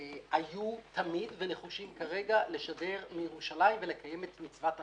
היו תמיד ונותרו נחושות כרגע לשדר מירושלים ולקיים את מצוות החוק,